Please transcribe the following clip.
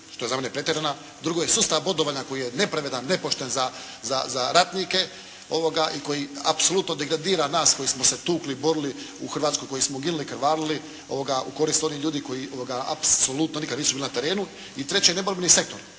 Drugo je sustav bodovanja koji je nepravedan, nepošten za ratnike i koji apsolutno degradira nas koji smo se tukli, borili u Hrvatskoj, koji smo ginuli i krvarili u korist onih ljudi koji apsolutno nikad nisu bili na terenu. I treće, neborbeni sektor.